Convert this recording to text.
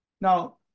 Now